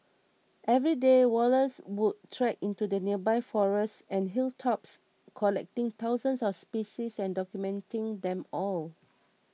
every day Wallace would trek into the nearby forests and hilltops collecting thousands of species and documenting them all